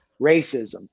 racism